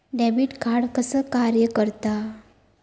Debit card कसा कार्य करता?